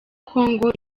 congo